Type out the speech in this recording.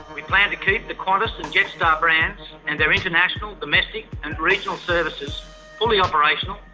we plan to keep the qantas and jetstar brands and our international, domestic and regional services fully operational.